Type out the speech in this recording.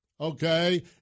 Okay